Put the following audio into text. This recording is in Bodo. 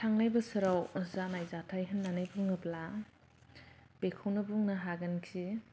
थांनाय बोसोराव जानाय जाथाय होन्नानै बुङोब्ला बेखौनो बुंनो हागोन जे